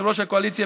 יושב-ראש הקואליציה,